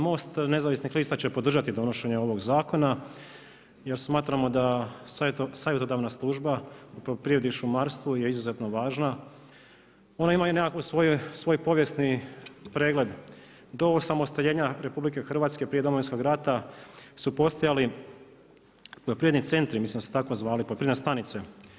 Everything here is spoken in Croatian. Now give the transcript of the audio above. MOST nezavisnih lista će podržati donošenje ovog zakona jer smatramo da savjetodavna služba u poljoprivredi i šumarstvu je izuzetno važna, ona ima i nekakav svoj povijesni pregled do osamostaljenja RH prije Domovinskog rata su postojali poljoprivredni centri, mislim da se u se tako zvali, poljoprivredna stanica.